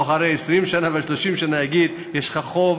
אחרי 20 שנה ו-30 שנה שנה ויגיד: יש לך חוב